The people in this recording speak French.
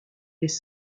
les